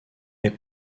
est